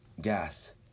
gas